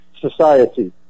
society